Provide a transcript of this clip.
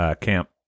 Camp